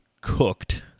cooked